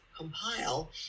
compile